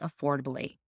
affordably